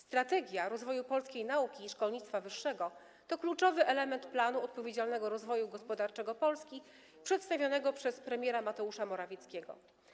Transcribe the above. Strategia rozwoju polskiej nauki i szkolnictwa wyższego to kluczowy element planu odpowiedzialnego rozwoju gospodarczego Polski przedstawionego przez premiera Mateusza Morawieckiego.